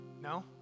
No